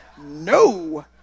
No